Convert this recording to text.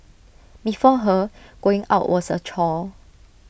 before her going out was A chore